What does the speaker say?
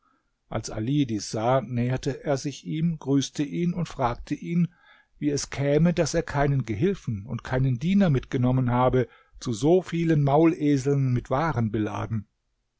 als ali dies sah näherte er sich ihm grüßte ihn und fragte ihn wie es käme daß er keinen gehilfen und keinen diener mitgenommen habe zu so vielen mauleseln mit waren beladen